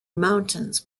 mountains